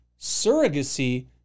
Surrogacy